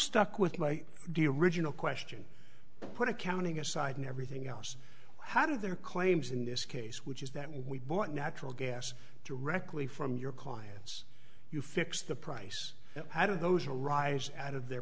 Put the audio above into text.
stuck with my dear original question put accounting aside and everything else how do their claims in this case which is that we bought natural gas directly from your clients you fix the price how did those a rise out of their